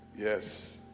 Yes